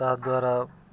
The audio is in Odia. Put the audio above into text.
ତାଦ୍ୱାରା